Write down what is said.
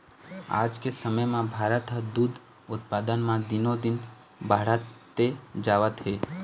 आज के समे म भारत ह दूद उत्पादन म दिनो दिन बाड़हते जावत हे